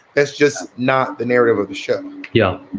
that's just not the narrative of the show yeah.